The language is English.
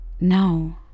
No